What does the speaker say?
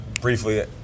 briefly